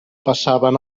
passaven